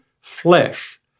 flesh